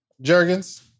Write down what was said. Jergens